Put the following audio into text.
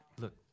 Look